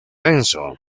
denso